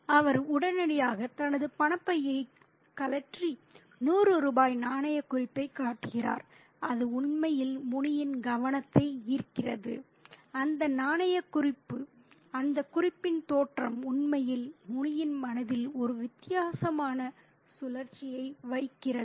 அவர் உடனடியாக தனது பணப்பையை கழற்றி 100 ரூபாய் நாணயக் குறிப்பைக் காட்டுகிறார் அது உண்மையில் முனியின் கவனத்தை ஈர்க்கிறது அந்த நாணயக் குறிப்பு அந்தக் குறிப்பின் தோற்றம் உண்மையில் முனியின் மனதில் ஒரு வித்தியாசமான சுழற்சியை வைக்கிறது